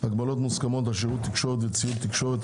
מוסכמות על שירות תקשורת וציוד תקשורת),